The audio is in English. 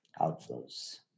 outflows